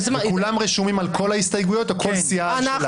וכולם רשומים על כל ההסתייגויות או כל סיעה על שלה?